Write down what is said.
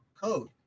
code